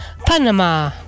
Panama